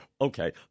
Okay